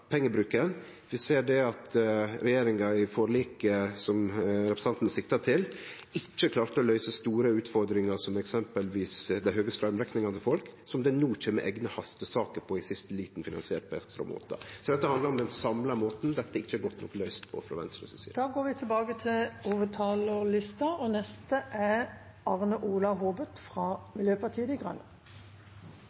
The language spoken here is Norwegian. Vi ser at regjeringa i forliket representanten sikta til, ikkje klarte å løyse store utfordringar som eksempelvis dei høge straumrekningane til folk, som dei no kjem med eigne hastesaker på i siste liten, finansierte på ekstraordinære måtar. Dette handlar om den samla måten dette ikkje er godt nok løyst på, slik Venstre ser det. Replikkordskiftet er omme. Jeg benytter anledningen – litt frimodig – til